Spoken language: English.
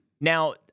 Now